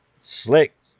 Slick